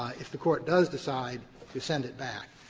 ah if the court does decide to send it back,